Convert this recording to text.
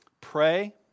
pray